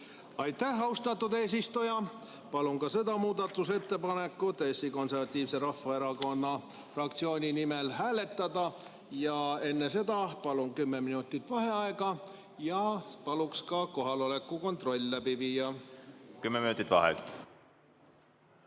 Aitäh, austatud eesistuja! Palun ka seda muudatusettepanekut Eesti Konservatiivse Rahvaerakonna fraktsiooni nimel hääletada, aga enne seda palun kümme minutit vaheaega ja paluks ka kohaloleku kontroll läbi viia. Kümme minutit vaheaega.V